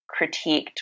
critiqued